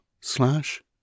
slash